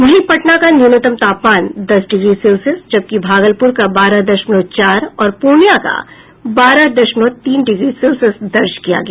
वहीं पटना का न्यूनतम तापमान दस डिग्री सेल्सियस जबकि भागलपुर का बारह दशमलव चार और पूर्णिया का बारह दशमलव तीन डिग्री सेल्सियस दर्ज किया गया